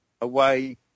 away